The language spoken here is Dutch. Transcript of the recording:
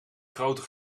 grote